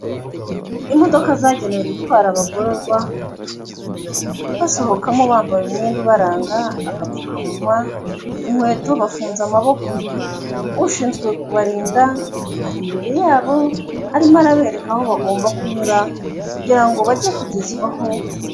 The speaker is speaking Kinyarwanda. Imodoka zagenewe gutwara abagororwa basohokamo bambaye umwenda ubaranga agapfukamunwa, inkweto, bafunze amaboko, ushinzwe kubarinda ari imbere yabo arimo arabereka aho bagomba kunyura kugira ngo bajye kugezwaho.